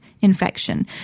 infection